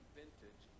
vintage